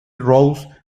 rose